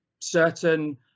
certain